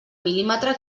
mil·límetre